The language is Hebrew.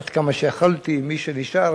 עד כמה שיכולתי עם מי שנשאר,